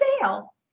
sale